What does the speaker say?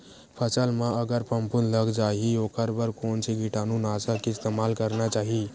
फसल म अगर फफूंद लग जा ही ओखर बर कोन से कीटानु नाशक के इस्तेमाल करना चाहि?